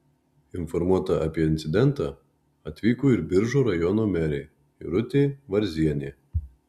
informuota apie incidentą atvyko ir biržų rajono merė irutė varzienė